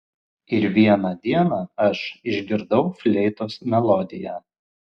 ir vieną dieną aš išgirdau fleitos melodiją